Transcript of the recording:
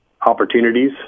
opportunities